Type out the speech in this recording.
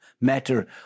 matter